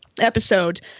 episode